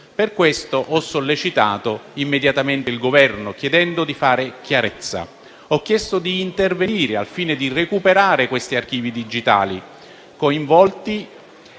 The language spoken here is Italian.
Per questo ho sollecitato immediatamente il Governo, chiedendo di fare chiarezza. Ho chiesto di intervenire, al fine di recuperare questi archivi digitali coinvolti